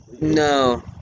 No